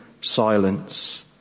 silence